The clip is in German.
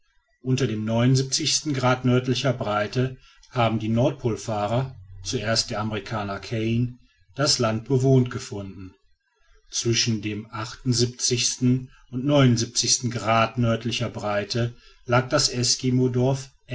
unter dem grad nördlicher breite haben die nordpolfahrer zuerst der amerikaner kane das land bewohnt gefunden zwischen dem und grad nördlicher breite lag das